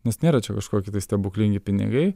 nes nėra čia kažkokie tai stebuklingi pinigai